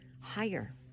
higher